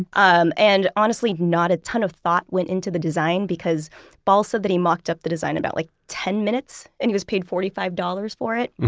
um and honestly, not a ton of thought went into the design, because ball said that he mocked up the design about like ten minutes and he was paid forty five dollars for it.